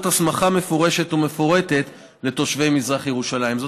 הסמכה מפורשת ומפורטת לתושבי מזרח ירושלים.